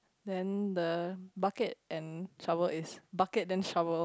then the bucket and shovel is bucket then shovel